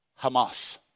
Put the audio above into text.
Hamas